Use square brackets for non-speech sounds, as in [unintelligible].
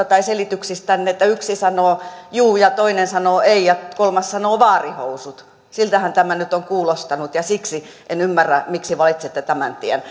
[unintelligible] tai selityksistänne että yksi sanoo juu ja toinen sanoo ei ja kolmas sanoo vaarinhousut siltähän tämä nyt on kuulostanut ja siksi en ymmärrä miksi valitsette tämän tien [unintelligible]